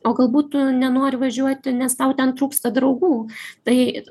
o galbūt tu nenori važiuoti nes tau ten trūksta draugų tai